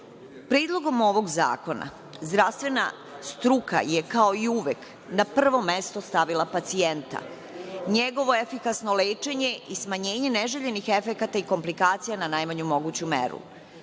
medicine. Predlogom ovog zakona zdravstvena struka je kao i uvek na prvo mesto stavila pacijenta, njegovo efikasno lečenje i smanjenje neželjenih efekata i komplikacija na najmanju moguću meru,